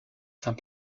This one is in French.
saint